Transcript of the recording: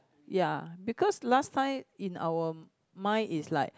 ya because last time in our mind is like